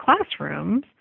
classrooms